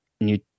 new